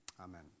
amen